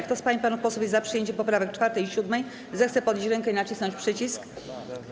Kto z pań i panów posłów jest za przyjęciem poprawek 4. i 7., zechce podnieść rękę i nacisnąć przycisk.